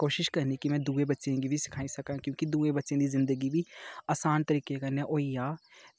कोशिश करनी कि में दुए बच्चें गी बी सखाई सकां क्योंकि दुए बच्चें दी जिंदगी बी असान तरीके कन्नै होई जा